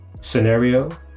scenario